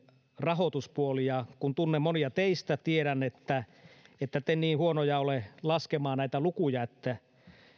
rahoituspuoli ja kun tunnen monia teistä tiedän että ette te niin huonoja ole laskemaan näitä lukuja että